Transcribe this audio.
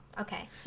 okay